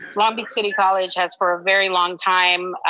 long beach city college has for a very long time,